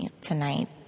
tonight